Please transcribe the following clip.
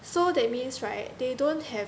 so that means right they don't have